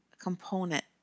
component